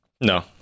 no